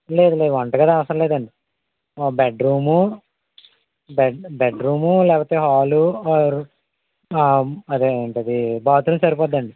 లేదు లేదు వంట గది అవసరం లేదండి ఒక బెడ్రూము బెడ్రూము లేకపోతే హాలు అదేంటది బాత్రూమ్ సరిపోతుందండి